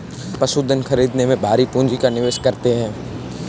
पशुधन खरीदने में भारी पूँजी का निवेश करते हैं